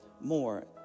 more